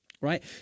right